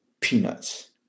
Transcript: peanuts